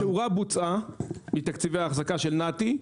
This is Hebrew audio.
התאורה בוצעה מתקציבי האחזקה של נת"י.